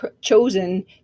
chosen